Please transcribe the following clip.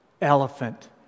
elephant